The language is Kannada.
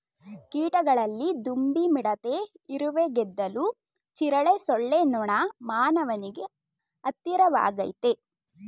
ಕೀಟಗಳಲ್ಲಿ ದುಂಬಿ ಮಿಡತೆ ಇರುವೆ ಗೆದ್ದಲು ಜಿರಳೆ ಸೊಳ್ಳೆ ನೊಣ ಮಾನವನಿಗೆ ಹತ್ತಿರವಾಗಯ್ತೆ